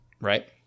Right